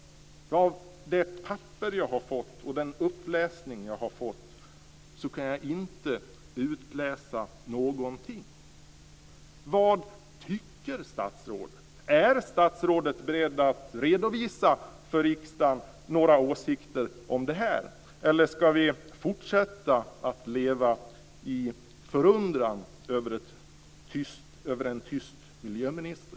Av det papper som jag har fått och utifrån den uppläsning som har varit kan jag inte utläsa någonting. Vad tycker ministern? Är ministern beredd att för riksdagen redovisa några åsikter om det här, eller ska vi fortsätta att leva i förundran över en tyst miljöminister?